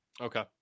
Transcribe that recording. Okay